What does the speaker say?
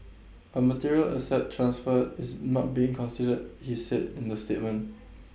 A material asset transfer is not being considered he said in the statement